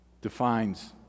defines